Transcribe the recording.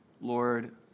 Lord